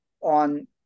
on